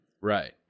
Right